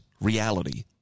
reality